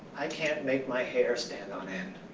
i can't make my hair stand on end.